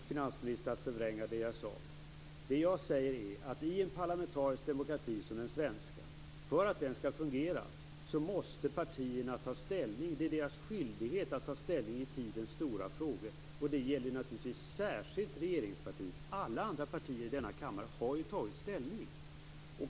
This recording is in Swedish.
Fru talman! Än en gång väljer finansministern att förvränga det jag sagt. Vad jag säger är att för att en parlamentarisk demokrati som den svenska skall fungera måste partierna ta ställning. Det är deras skyldighet att ta ställning i tidens stora frågor, och det gäller naturligtvis särskilt regeringspartiet. Alla andra partier i denna kammare har ju tagit ställning.